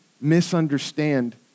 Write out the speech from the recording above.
misunderstand